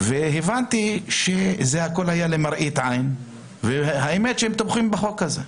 הבנתי שזה הכל היה למראית העין והאמת שהם תומכים בחוק הזה.